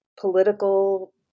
political